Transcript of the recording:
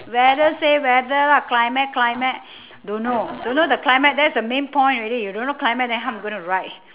weather say weather lah climate climate don't know don't know the climate that's the main point already you don't know climate then how I'm going to write